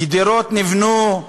גדרות נבנו,